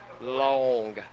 long